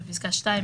בפסקה (2),